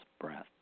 breath